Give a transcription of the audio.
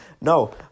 No